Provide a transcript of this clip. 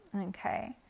Okay